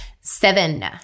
Seven